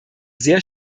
sehr